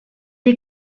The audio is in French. est